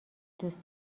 دوست